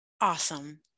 Awesome